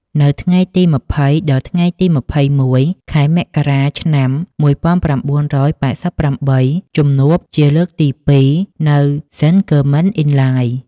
នៅថ្ងៃទី២០ ដល់ថ្ងៃទី២១ ខែមករា ឆ្នាំ១៩៨៨ ជំនួបជាលើកទី២ នៅ សេន-ហ្គឺរម៉ិន-អ៊ីន-ឡាយ។